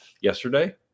yesterday